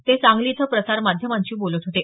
ते सांगली इथं प्रसार माध्यमांशी बोलत होते